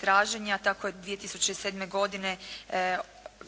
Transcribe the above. traženja. Tako je 2007. godine